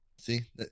see